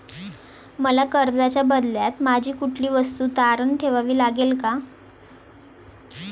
मला कर्जाच्या बदल्यात माझी कुठली वस्तू तारण ठेवावी लागेल का?